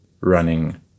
running